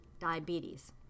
diabetes